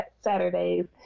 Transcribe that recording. Saturdays